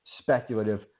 Speculative